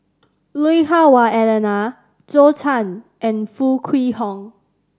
Lui Hah Wah Elena Zhou Can and Foo Kwee Horng